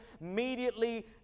immediately